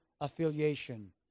affiliation